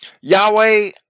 Yahweh